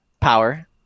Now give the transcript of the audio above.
power